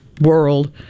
world